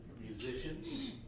musicians